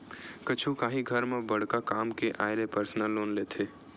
कुछु काही घर म बड़का काम के आय ले परसनल लोन लेथे